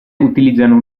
utilizzano